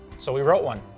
so we wrote one.